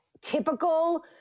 typical